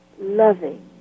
loving